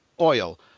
oil